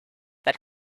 that